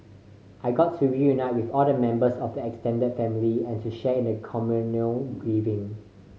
I got to reunite with all the members of the extended family and to share in the communal grieving